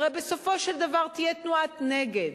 הרי בסופו של דבר תהיה תנועת נגד,